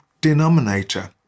denominator